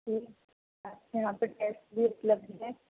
پھر آپ کے یہاں پر ٹیسٹ بھی اُپلبھد ہے